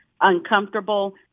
uncomfortable